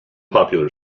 popular